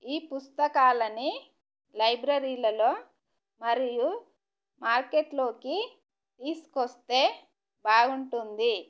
ఈ పుస్తకాలను లైబ్రరీలలో మరియు మార్కెట్లోకి తీసుకు వస్తే బాగుంటుంది